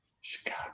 Chicago